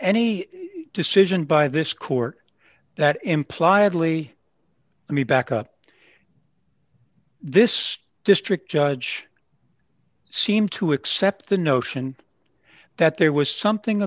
any decision by this court that imply adly let me back up this district judge seemed to accept the notion that there was something